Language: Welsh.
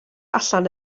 allan